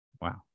Wow